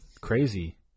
Crazy